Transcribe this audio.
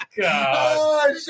God